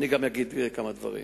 אני גם אגיד כמה דברים.